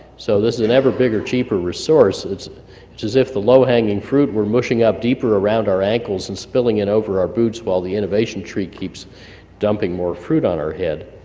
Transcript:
so this is an ever bigger cheaper resource. it's it's as if the low-hanging fruit were mushing up deeper around our ankles, and spilling it over our boots while the innovation tree keeps dumping more fruit on our head.